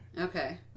Okay